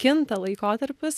kinta laikotarpis